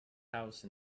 house